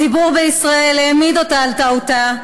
הציבור בישראל העמיד אותה על טעותה.